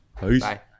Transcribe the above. Bye